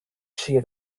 siad